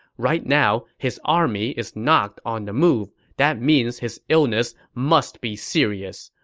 right now, his army is not on the move. that means his illness must be serious.